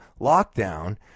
lockdown